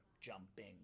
jumping